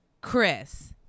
Chris